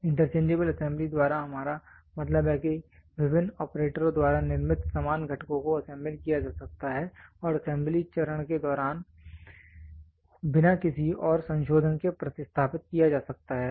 interchangeable assembly द्वारा हमारा मतलब है कि विभिन्न ऑपरेटरों द्वारा निर्मित समान घटकों को असेंबल किया जा सकता है और असेंबली चरण के दौरान बिना किसी और संशोधन के प्रतिस्थापित किया जा सकता है